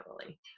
family